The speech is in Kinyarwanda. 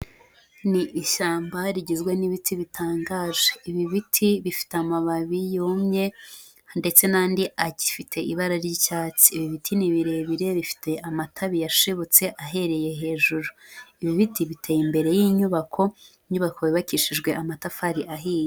Ni ishyamba rigizwe n'ibiti bitangaje. Ibi biti bifite amababi yumye ndetse n'andi agifite ibara ry'icyatsi. Ibi biti ni birebire bifite amatabi yashibutse ahereye hejuru. Ibi biti biteye imbere y'inyubako, inyubako yubakishijwe amatafari ahiye.